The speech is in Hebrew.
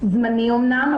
זמני אמנם,